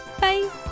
bye